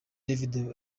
david